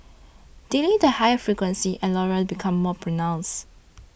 delete the higher frequencies and Laurel becomes more pronounced